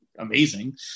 Amazing